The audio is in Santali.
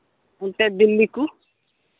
ᱚᱱᱛᱮ ᱫᱤᱞᱞᱤ ᱠᱚ